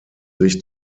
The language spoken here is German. sich